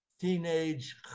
teenage